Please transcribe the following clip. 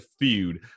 feud